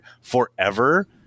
forever